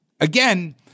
again